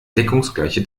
deckungsgleiche